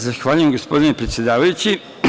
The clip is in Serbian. Zahvaljujem gospodine predsedavajući.